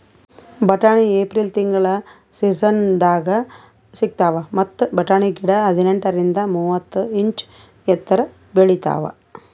ಬಟಾಣಿ ಏಪ್ರಿಲ್ ತಿಂಗಳ್ ಸೀಸನ್ದಾಗ್ ಸಿಗ್ತಾವ್ ಮತ್ತ್ ಬಟಾಣಿ ಗಿಡ ಹದಿನೆಂಟರಿಂದ್ ಮೂವತ್ತ್ ಇಂಚ್ ಎತ್ತರ್ ಬೆಳಿತಾವ್